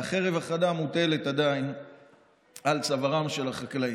והחרב החדה מוטלת עדיין על צווארם של החקלאים.